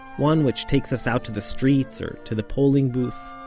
one which takes us out to the streets, or to the polling booth,